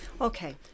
Okay